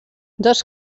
dos